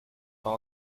pas